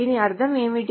దీని అర్థం ఏమిటి